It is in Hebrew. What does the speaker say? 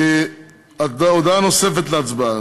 הודעה נוספת להצבעה.